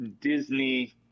Disney